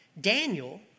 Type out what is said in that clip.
Daniel